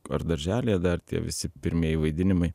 ar darželyje dar tie visi pirmieji vaidinimai